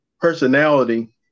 personality